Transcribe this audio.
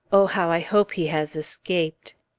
oh, how i hope he has escaped!